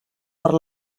per